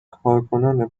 کارکنان